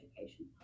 education